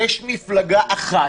יש מפלגה אחת